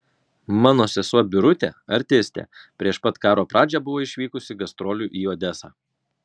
mano sesuo birutė artistė prieš pat karo pradžią buvo išvykusi gastrolių į odesą